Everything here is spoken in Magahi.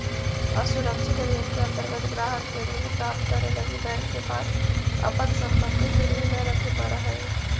असुरक्षित ऋण के अंतर्गत ग्राहक के ऋण प्राप्त करे लगी बैंक के पास अपन संपत्ति गिरवी न रखे पड़ऽ हइ